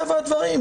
מטבע הדברים.